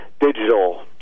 digital